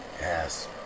Yes